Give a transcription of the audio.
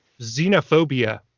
xenophobia